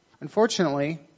unfortunately